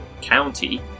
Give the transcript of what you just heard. county